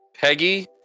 Peggy